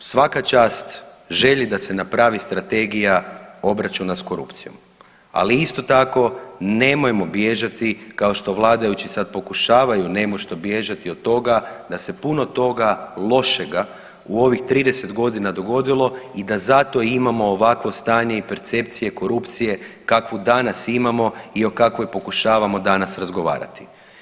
I zato svaka čast želji da se napravi strategija obračuna s korupcijom, ali isto tako nemojmo bježati kao što vladajući sad pokušavaju nemoćno bježati od toga da se puno toga lošega u ovih 30 godina dogodilo i da zato imamo ovakvo stanje i percepcije korupcije kakvu danas imamo i o kakvoj pokušavamo danas razgovarati.